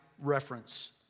reference